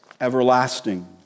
everlasting